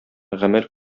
гамәл